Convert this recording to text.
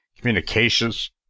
communications